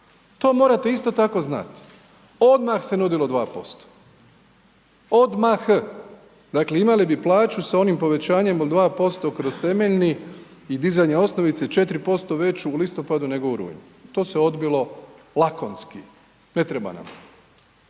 To morate isto tako znati. Odmah se nudilo 2%. Odmah. Dakle imali bi plaću s onim povećanjem od 2% kroz temeljni i dizanje osnovice, 4% veću u listopadu nego u rujnu. To se odbilo lakonski, ne treba nam.